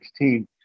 2016